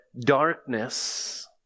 Darkness